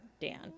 Dan